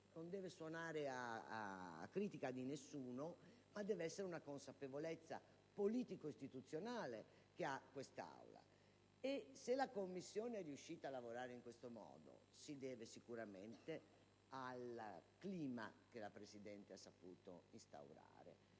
nei confronti di alcuno, ma come una consapevolezza politico-istituzionale di quest'Aula. Se la Commissione è riuscita a lavorare in questo modo si deve sicuramente al clima che la Presidente ha saputo instaurare,